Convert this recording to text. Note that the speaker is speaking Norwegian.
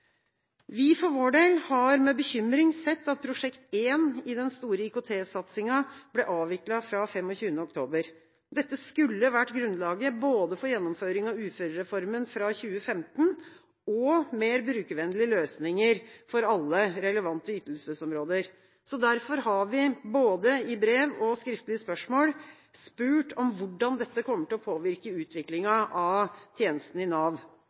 Vi for vår del har sett med bekymring på at prosjekt 1 i den store IKT-satsingen ble avviklet fra 25. oktober. Dette skulle vært grunnlaget både for gjennomføring av uførereformen fra 2015 og for mer brukervennlige løsninger for alle relevante ytelsesområder. Derfor har vi både i brev og skriftlig spørsmål til arbeids- og sosialministeren spurt om hvordan dette kommer til å påvirke